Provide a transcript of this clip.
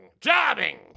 Jobbing